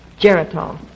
Geritol